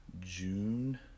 June